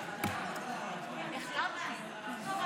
איסור הצבת מכונות משחק של מפעל הפיס) עברה,